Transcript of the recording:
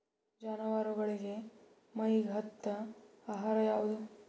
ಜಾನವಾರಗೊಳಿಗಿ ಮೈಗ್ ಹತ್ತ ಆಹಾರ ಯಾವುದು?